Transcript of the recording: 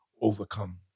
overcome